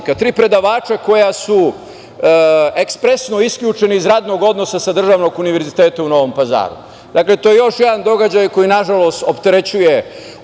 tri predavača koja su ekspresno isključena iz radnog odnosa sa Državnog univerziteta u Novom Pazaru. Dakle, to je još jedan događaj koji, nažalost, opterećuje